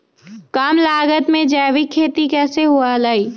कम लागत में जैविक खेती कैसे हुआ लाई?